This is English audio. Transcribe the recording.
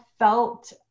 Felt